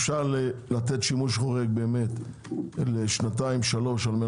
אפשר לתת שימוש חורג לשנתיים-שלוש כדי